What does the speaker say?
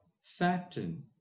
Saturn